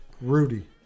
Rudy